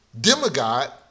demigod